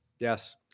Yes